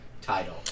title